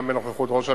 גם בנוכחות ראש הממשלה,